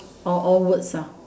or all words lah